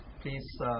please